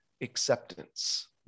acceptance